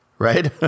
right